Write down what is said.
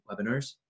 webinars